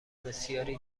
بسیاری